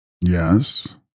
Yes